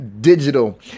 Digital